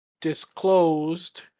disclosed